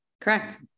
Correct